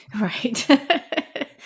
Right